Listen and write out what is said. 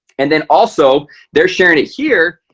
and then also they're sharing it here.